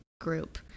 group